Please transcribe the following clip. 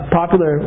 popular